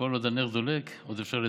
כל עוד הנר דולק עוד אפשר לתקן.